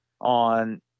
on